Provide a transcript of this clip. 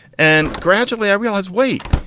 and gradually i realized, wait,